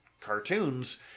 cartoons